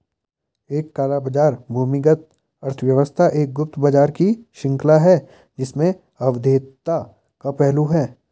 एक काला बाजार भूमिगत अर्थव्यवस्था एक गुप्त बाजार की श्रृंखला है जिसमें अवैधता का पहलू है